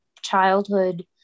childhood